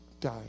died